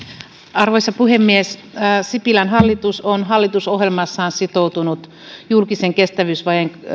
arvoisa puhemies sipilän hallitus on hallitusohjelmassaan sitoutunut julkisen kestävyysvajeen